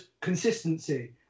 consistency